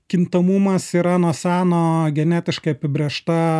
kintamumas yra nuo seno genetiškai apibrėžta